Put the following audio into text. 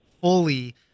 fully